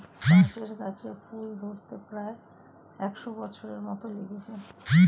বাঁশের গাছে ফুল ধরতে প্রায় একশ বছর মত লেগে যায়